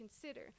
consider